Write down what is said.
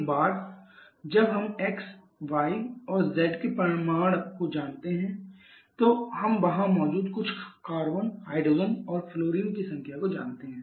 एक बार जब हम x y और z के परिमाण को जानते हैं तो हम वहां मौजूद कुछ कार्बन हाइड्रोजन और फ्लोरीन की संख्या को जानते हैं